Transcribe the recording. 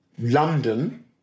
London